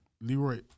Leroy